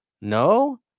no